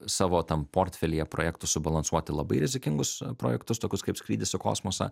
savo tam portfelyje projektų subalansuoti labai rizikingus projektus tokius kaip skrydis į kosmosą